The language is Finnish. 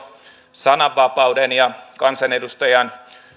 sananvapauden ja kansanedustajan